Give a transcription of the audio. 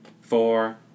four